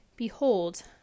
Behold